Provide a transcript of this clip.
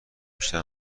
بیشتر